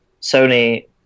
Sony